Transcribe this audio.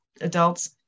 adults